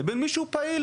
לבין מי שהוא פעיל,